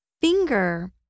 Finger